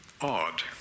odd